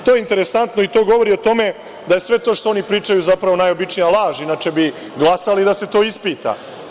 To je interesantno i to govori o tome da je sve to što oni pričaju zapravo najobičnija laž, inače bi glasali da se to ispita.